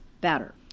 better